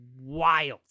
wild